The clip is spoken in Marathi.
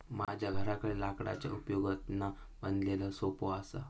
माझ्या घराकडे लाकडाच्या उपयोगातना बनवलेलो सोफो असा